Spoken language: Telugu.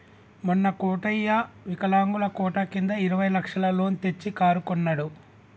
మొన్న కోటయ్య వికలాంగుల కోట కింద ఇరవై లక్షల లోన్ తెచ్చి కారు కొన్నడు